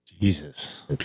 Jesus